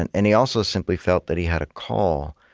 and and he also simply felt that he had a call.